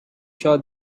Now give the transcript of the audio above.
sure